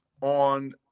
on